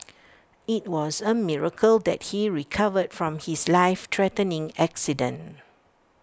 IT was A miracle that he recovered from his lifethreatening accident